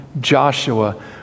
Joshua